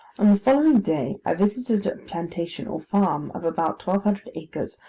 on the following day, i visited a plantation or farm, of about twelve hundred acres,